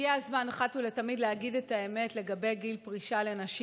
הגיע הזמן אחת ולתמיד להגיד את האמת לגבי גיל פרישה לנשים.